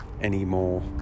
anymore